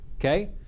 Okay